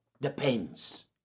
depends